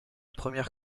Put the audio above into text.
première